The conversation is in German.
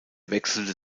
wechselte